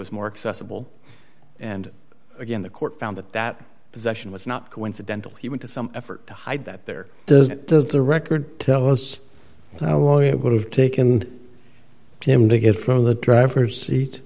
was more accessible and again the court found that that possession was not coincidental he went to some effort to hide that there doesn't does a record tell us how long it would have taken jim to get from the driver's seat